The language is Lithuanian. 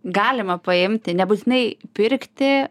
galima paimti nebūtinai pirkti